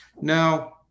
Now